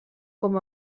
com